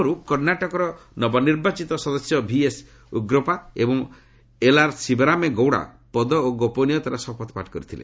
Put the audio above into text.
ପୂର୍ବରୁ କର୍ଣ୍ଣାଟକର ନବନିର୍ବାଚିତ ସଦସ୍ୟ ଭିଏସ୍ ଉଗ୍ରପା ଏବଂ ଏଲ୍ଆର୍ ଶିବରାମେ ଗୌଡ଼ା ପଦ ଓ ଗୋପନୀୟତାର ଶପଥପାଠ କରିଥିଲେ